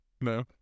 No